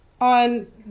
On